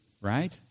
right